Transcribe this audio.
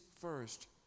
first